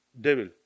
devil